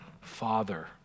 Father